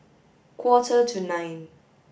quarter to nine